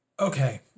Okay